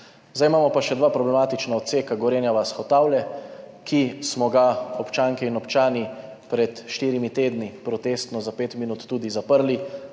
Zdaj imamo pa še dva problematična odseka. Gorenja vas–Hotavlje, ki smo ga občanke in občani pred štirimi tedni protestno za pet minut tudi zaprli,